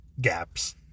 gaps